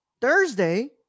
Thursday